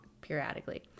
periodically